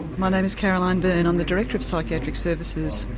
my name is caroline byrne, i'm the director of psychiatric services,